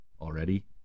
already